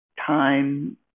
Time